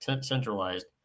centralized